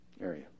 area